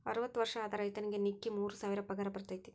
ಅರ್ವತ್ತ ವರ್ಷ ಆದ ರೈತರಿಗೆ ನಿಕ್ಕಿ ಮೂರ ಸಾವಿರ ಪಗಾರ ಬರ್ತೈತಿ